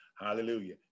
Hallelujah